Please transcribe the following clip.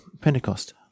Pentecost